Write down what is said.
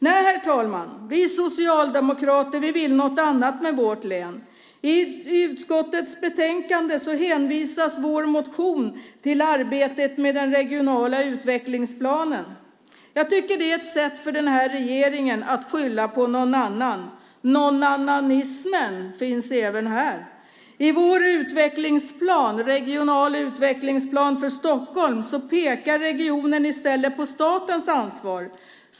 Nej, herr talman, vi socialdemokrater vill något annat med vårt län. I utskottets betänkande hänvisas vår motion till arbetet med den regionala utvecklingsplanen. Jag tycker att det är ett sätt för regeringen att skylla på någon annan. "Nånannanismen" finns även här. I vår utvecklingsplan, Regional utvecklingsplan för Stockholm , pekar regionen i stället på statens ansvar.